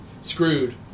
screwed